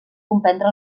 comprendre